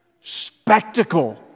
Spectacle